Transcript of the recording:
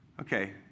Okay